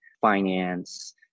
finance